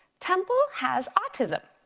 temple has autism.